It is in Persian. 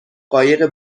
قایق